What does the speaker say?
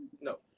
No